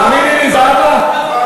תאמיני לי, זהבה,